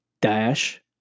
dash